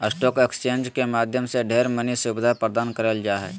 stock exchange के माध्यम से ढेर मनी सुविधा प्रदान करल जा हय